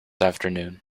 afternoon